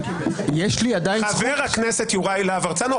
יש לי עדיין זכות --- חבר הכנסת יוראי להב הרצנו,